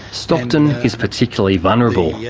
stockton is particularly vulnerable, yeah